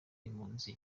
impunzi